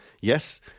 Yes